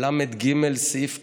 כל כך